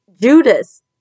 Judas